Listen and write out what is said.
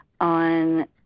on